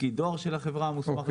לפקיד דואר של החברה המוסמך".